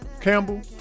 Campbell